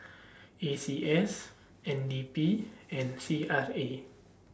A C S N D P and C R A